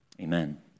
amen